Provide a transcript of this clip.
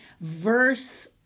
verse